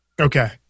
Okay